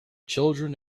children